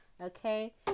okay